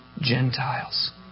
Gentiles